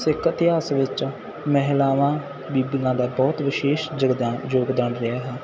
ਸਿੱਖ ਇਤਿਹਾਸ ਵਿੱਚ ਮਹਿਲਾਵਾਂ ਬੀਬੀਆਂ ਦਾ ਬਹੁਤ ਵਿਸ਼ੇਸ਼ ਯਗਦਾਨ ਯੋਗਦਾਨ ਰਿਹਾ ਹੈ